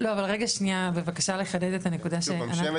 לא אבל רגע, שניה בבקשה לחדד את הנקודה שהיא אמרה.